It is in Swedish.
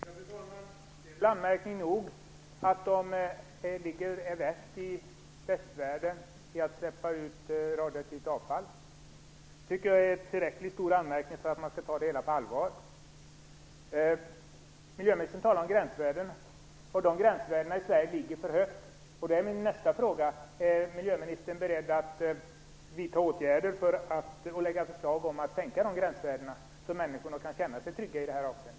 Fru talman! Det är väl anmärkning nog att de är värst i västvärlden på att släppa ut radioaktivt avfall. Jag tycker att det är tillräckligt stor anmärkning för att man skall ta det hela på allvar. Miljöministern talar om gränsvärden, och de gränsvärdena i Sverige ligger för högt. Nästa fråga är denna: Är miljöministern beredd att vidta åtgärder och lägga fram förslag om att sänka dessa gränsvärden, så att människor kan känna sig trygga i det avseendet?